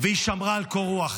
והיא שמרה על קור רוח.